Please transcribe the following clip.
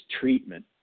treatment